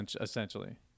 essentially